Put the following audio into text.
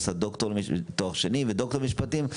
עשה תואר שני ודוקטורט במשפטים,